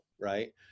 right